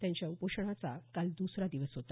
त्यांच्या या उपोषणाचा काल दुसरा दिवस होता